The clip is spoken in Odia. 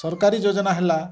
ସରକାରୀ ଯୋଜନା ହେଲା